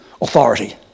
authority